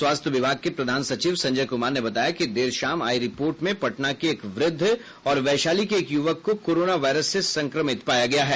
स्वास्थ्य विभाग के प्रधान सचिव संजय कुमार ने बताया कि देर शाम आई रिपोर्ट में पटना के एक वृद्ध और वैशाली के एक युवक को कोरोना वायरस से संक्रमित पाया गया है